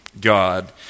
God